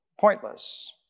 pointless